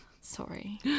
sorry